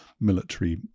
military